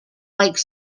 like